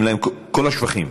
כל השבחים.